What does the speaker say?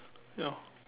ya